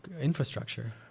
infrastructure